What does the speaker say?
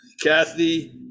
Kathy